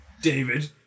David